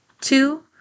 Two